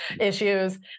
issues